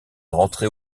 rentrer